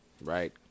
right